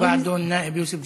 ואחריו, יוסף ג'בארין.